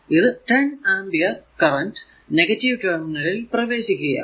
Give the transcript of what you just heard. ഇത് 10 ampere current negative ടെർമിനലിൽ പ്രവേശിക്കുകയാണ്